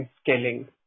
scaling